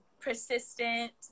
persistent